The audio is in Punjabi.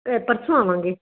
ਇਹ ਪਰਸੋਂ ਆਵਾਂਗੇ